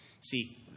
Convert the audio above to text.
See